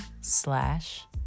slash